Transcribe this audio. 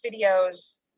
videos